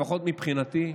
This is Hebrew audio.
לפחות מבחינתי.